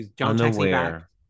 unaware